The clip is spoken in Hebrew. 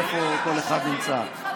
אין לה את האומץ להגיע לפה?